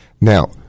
now